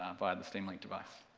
um via the steam link device.